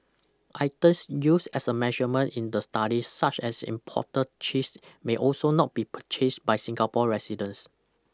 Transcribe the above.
items used as a measurement in the study such as imported cheese may also not be purchased by Singapore residents